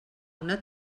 una